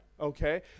Okay